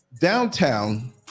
downtown